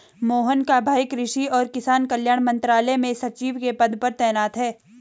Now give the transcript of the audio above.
मोहन का भाई कृषि और किसान कल्याण मंत्रालय में सचिव के पद पर तैनात है